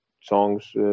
songs